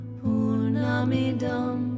purnamidam